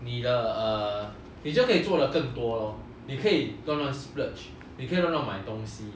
你的 err 你就可以做了更多 lor 你就可以乱乱 splurge 你可以乱乱买东西